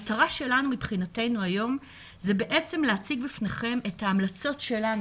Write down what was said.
מבחינתנו המטרה היום היא להציג בפניכם את ההמלצות שלנו,